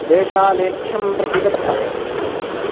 देशालेख्यं प्रति गच्छ